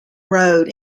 road